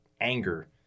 anger